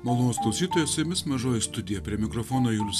prie mikrofono julius